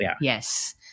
Yes